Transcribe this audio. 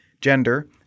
gender